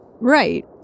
Right